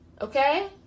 okay